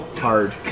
hard